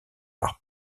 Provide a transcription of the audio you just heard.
par